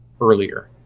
earlier